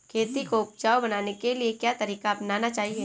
खेती को उपजाऊ बनाने के लिए क्या तरीका अपनाना चाहिए?